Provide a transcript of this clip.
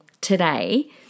today